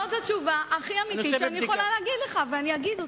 זאת התשובה הכי אמיתית שאני יכולה להגיד לך ואני אגיד אותה.